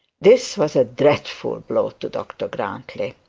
this was a dreadful blow to dr grantly.